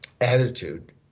attitude